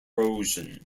erosion